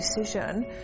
decision